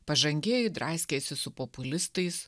pažangieji draskėsi su populistais